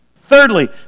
Thirdly